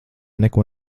neko